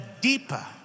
deeper